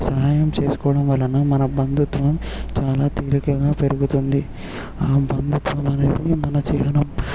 సహాయం చేసుకోవడం వలన మన బంధుత్వం చాలా తేలికగా పెరుగుతుంది ఆ బంధుత్వం అనేది మన చిహ్నం